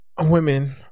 Women